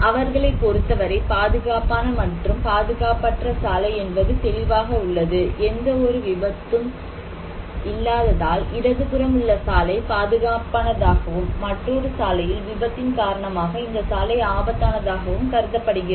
அவர்களைப் பொருத்தவரை பாதுகாப்பான மற்றும் பாதுகாப்பற்ற சாலை என்பது தெளிவாக உள்ளது எந்த ஒரு விபத்தும் இல்லாததால் இடதுபுறம் உள்ள சாலை பாதுகாப்பானதாகவும் மற்றொரு சாலையில் விபத்தின் காரணமாக இந்த சாலை ஆபத்தானதாகவும் கருதப்படுகிறது